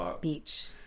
beach